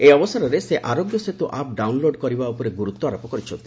ଏହି ଅବସରରେ ସେ ଆରୋଗ୍ୟ ସେତୁ ଆପ୍ ଡାଉନ୍ଲୋଡ଼୍ କରିବା ଉପରେ ଗୁରୁତ୍ୱାରୋପ କରିଛନ୍ତି